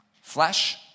flesh